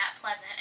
pleasant